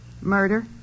Murder